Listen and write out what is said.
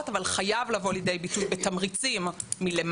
אבל חייב לבוא לידי ביטוי בתמריצים מלמעלה,